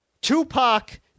Tupac